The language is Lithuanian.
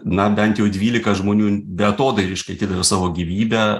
na bent jau dvylika žmonių beatodairiškai atidavė savo gyvybę